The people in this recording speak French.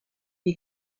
est